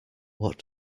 what